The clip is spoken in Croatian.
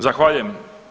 Zahvaljujem.